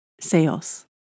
sales